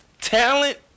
talent